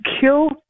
kill